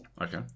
Okay